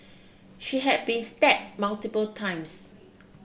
she had been stabbed multiple times